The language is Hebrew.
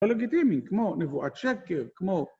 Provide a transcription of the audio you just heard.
זה לגיטימי, כמו נבואת שקר, כמו...